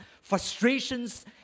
frustrations